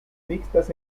mixtas